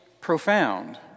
profound